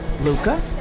Luca